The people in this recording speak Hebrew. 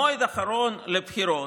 המועד האחרון לבחירות,